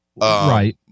Right